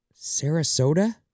Sarasota